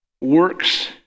works